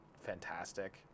fantastic